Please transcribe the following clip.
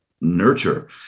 nurture